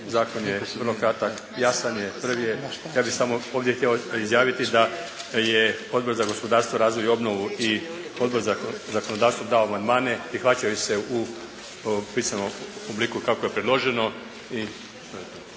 Zakon je vrlo kratak, jasan je, prvi je. Ja bih samo ovdje htio izjaviti da je Odbor za gospodarstvo, razvoj i obnovu i Odbor za zakonodavstvo dao amandmane. Prihvaćaju se u pisanom obliku kako je predloženo.